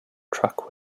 truck